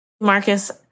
Marcus